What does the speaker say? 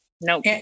no